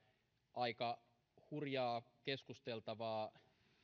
aika hurjaa keskusteltavaa